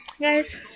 guys